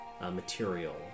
material